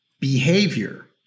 behavior